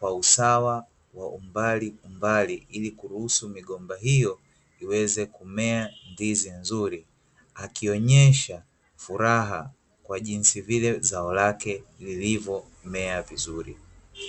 kwa usawa wa umbaliumbali, ili kuruhusu migomba hiyo iweze kumea ndizi nzuri, akionyesha furaha kwa jinsi vile zao lake lilivomea vizuri.